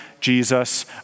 Jesus